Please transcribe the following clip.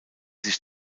sich